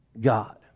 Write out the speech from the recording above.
God